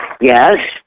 Yes